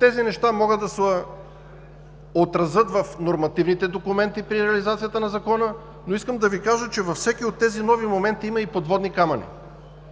Тези неща могат да се отразят в нормативните документи при реализацията на Закона, но искам да Ви кажа, че във всеки от тези нови моменти има и подводни камъни.